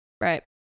right